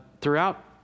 Throughout